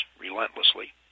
relentlessly